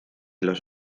los